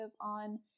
on